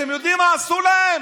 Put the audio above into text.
אתם יודעים מה עשו להן?